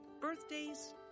Birthdays